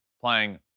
playing